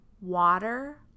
water